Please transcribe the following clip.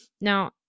Now